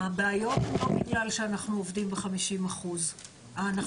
הבעיות הן לא בגלל שאנחנו עובדים ב-50 אחוז - אנחנו